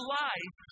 life